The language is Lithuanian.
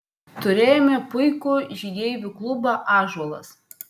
turėjome puikų žygeivių klubą ąžuolas